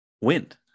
wind